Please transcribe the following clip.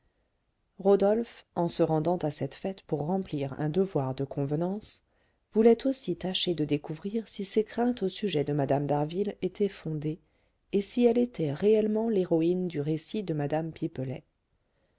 rodolphe en se rendant à cette fête pour remplir un devoir de convenance voulait aussi tâcher de découvrir si ses craintes au sujet de mme d'harville étaient fondées et si elle était réellement l'héroïne du récit de mme pipelet